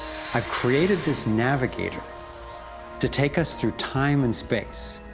i've created this navigator to take us through time and space.